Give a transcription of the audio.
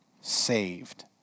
Saved